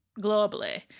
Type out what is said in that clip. globally